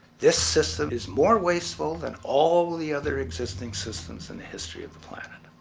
this system is more wasteful than all the other existing systems in the history of the planet.